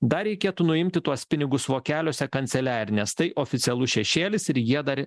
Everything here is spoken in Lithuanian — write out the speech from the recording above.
dar reikėtų nuimti tuos pinigus vokeliuose kanceliarines tai oficialus šešėlis ir jie dar